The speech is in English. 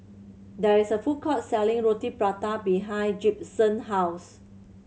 there is a food court selling Roti Prata behind Gibson house